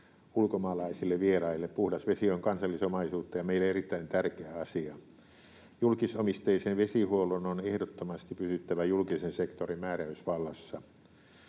ulkomaalaisille vieraille. Puhdas vesi on kansallisomaisuutta ja meille erittäin tärkeä asia. Julkisomisteisen vesihuollon on ehdottomasti pysyttävä julkisen sektorin määräysvallassa.